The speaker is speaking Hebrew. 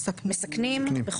התשע"ג-2013,